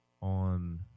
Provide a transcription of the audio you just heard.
on